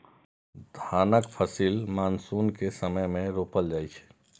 धानक फसिल मानसून के समय मे रोपल जाइ छै